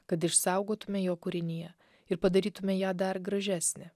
kad išsaugotume jo kūriniją ir padarytume ją dar gražesnę